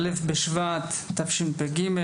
א' בשבט, תשפ"ג.